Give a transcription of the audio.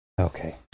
okay